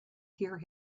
hear